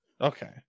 Okay